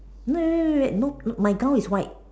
no no no wait wait wait no my gown is white